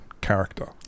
character